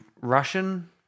Russian